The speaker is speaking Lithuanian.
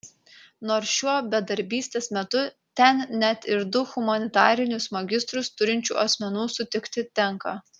nors šiuo bedarbystės metu ten net ir du humanitarinius magistrus turinčių asmenų sutikti tenka